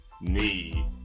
need